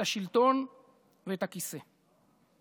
את השלטון ואת הכיסא.